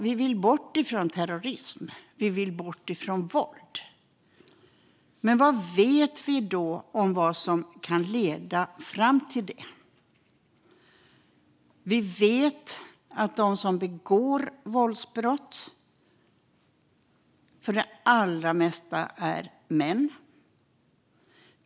Vi vill bort från terrorism och våld, men vad vet vi om vad som kan leda fram till det? Vi vet att de allra flesta som begår våldsbrott är män.